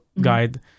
guide